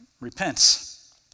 repents